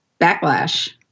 backlash